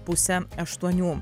pusę aštuonių